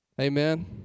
Amen